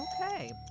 Okay